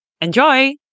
Enjoy